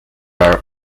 are